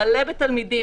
מלא בתלמידים,